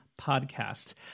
podcast